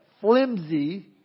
flimsy